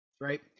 right